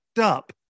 up